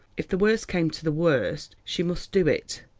if the worst came to the worst, she must do it.